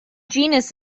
genus